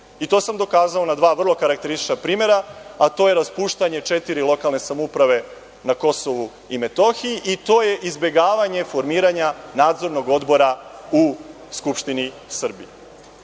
To sam dokazao na dva vrlo karakteristična primera, a to je raspuštanje četiri lokalne samouprave na KiM, i to je izbegavanje formiranja nadzornog odbora u Skupštini Srbije. Dakle,